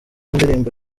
indirimbo